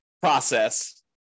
process